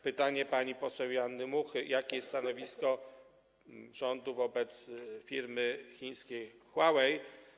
Pytanie pani poseł Joanny Muchy o to, jakie jest stanowisko rządu wobec firmy chińskiej Huawei.